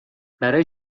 برای